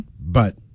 But-